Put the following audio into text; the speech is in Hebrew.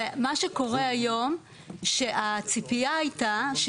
המצוקה לא היתה רק